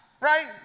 right